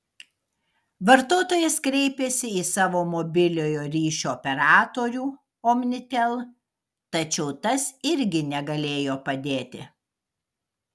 vartotojas kreipėsi į savo mobiliojo ryšio operatorių omnitel tačiau tas irgi negalėjo padėti